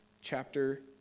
chapter